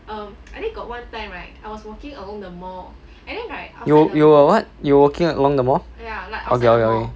you were you were what you were walking along the mall okay okay okay